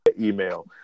email